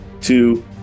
Two